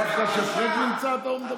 דווקא כשפריג' נמצא אתה מדבר?